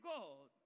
God